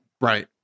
Right